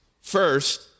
First